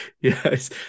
Yes